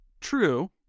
True